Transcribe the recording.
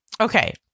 Okay